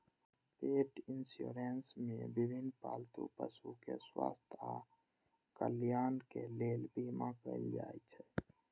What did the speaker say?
पेट इंश्योरेंस मे विभिन्न पालतू पशुक स्वास्थ्य आ कल्याणक लेल बीमा कैल जाइ छै